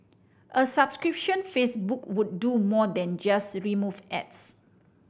a subscription Facebook would do more than just remove ads